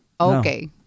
Okay